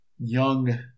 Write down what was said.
young